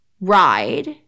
ride